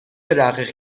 رقیق